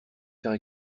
faire